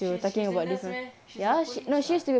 she's a nurse meh she's a police [what]